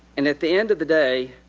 and at the end of the day,